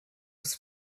was